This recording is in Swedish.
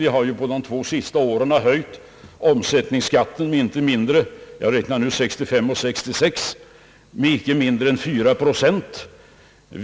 Under de två senaste åren, 1965 och 1966, höjde vi omsättningsskatten med inte mindre än 4 procent.